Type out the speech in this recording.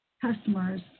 customers